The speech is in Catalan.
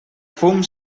fum